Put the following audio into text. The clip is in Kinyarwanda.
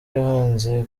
yahanze